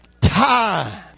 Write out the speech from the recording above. time